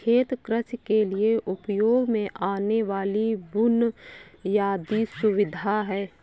खेत कृषि के लिए उपयोग में आने वाली बुनयादी सुविधा है